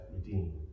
redeemed